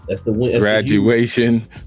graduation